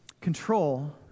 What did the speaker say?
control